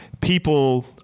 people